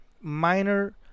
minor